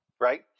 right